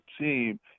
team